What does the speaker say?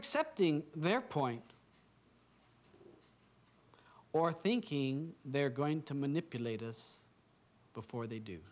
accepting their point or thinking they're going to manipulate us before they do